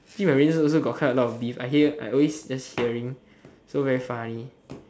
actually my rangers also got quite a lot of beef I hear I always just hearing so very funny